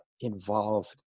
involved